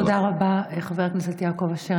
תודה רבה, חבר הכנסת יעקב אשר.